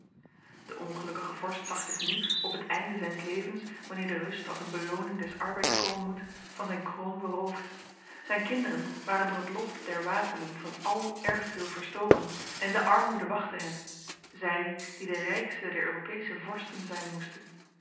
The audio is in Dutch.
de ongelukkige vorst zag zich nu op het einde zijns levens wanneer de rust als een beloning des arbeids komen moet van zijn kroon beroofd zijn kinderen waren door het lot der wapenen van al erfdeel verstoken en de armoede wachtte hen zij die de rijkste der europese vorsten zijn moesten